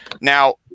now